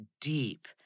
deep